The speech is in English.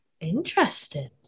Interesting